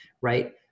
right